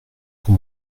pour